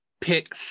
pick